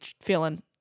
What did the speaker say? feeling